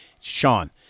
sean